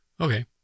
Okay